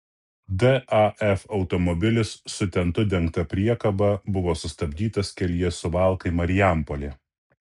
daf automobilis su tentu dengta priekaba buvo sustabdytas kelyje suvalkai marijampolė